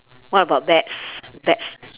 what about bags bags